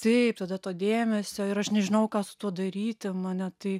taip tada to dėmesio ir aš nežinojau ką su tuo daryti mane tai